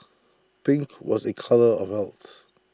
pink was A colour of health